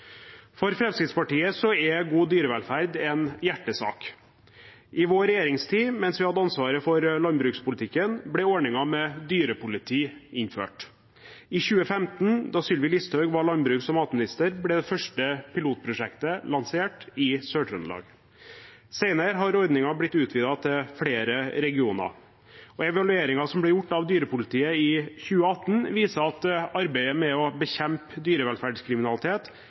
For Fremskrittspartiet er god dyrevelferd en hjertesak. I vår regjeringstid, mens vi hadde ansvaret for landbrukspolitikken, ble ordningen med dyrepoliti innført. I 2015, da Sylvi Listhaug var landbruks- og matminister, ble det første pilotprosjektet lansert, i Sør-Trøndelag. Senere har ordningen blitt utvidet til flere regioner. Evalueringen som ble gjort av dyrepolitiet i 2018, viser at arbeidet med å bekjempe dyrevelferdskriminalitet